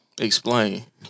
Explain